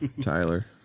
Tyler